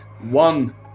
One